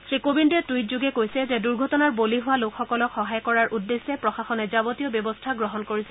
শ্ৰীকোবিন্দে টুইটযোগে কৈছে যে দুৰ্ঘটনাৰ বলি হোৱা লোকসকলক সহায় কৰাৰ উদ্দেশ্যে প্ৰশাসনে যাৱতীয় ব্যৱস্থা গ্ৰহণ কৰিছে